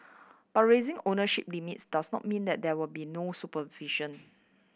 but raising ownership limits does not mean that there will be no supervision